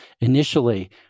Initially